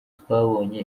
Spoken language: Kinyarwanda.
twabonye